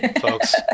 folks